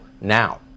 now